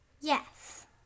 Yes